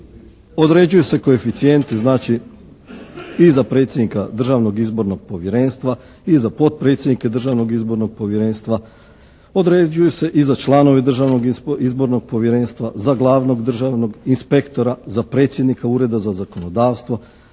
određuju se koeficijenti znači i za predsjednika Državnog izbornog povjerenstva i za potpredsjednike Državnog izbornog povjerenstva, određuje se i za članove Državnog izbornog povjerenstva, za glavnog državnog inspektora, za predstojnika Ureda za zakonodavstvo,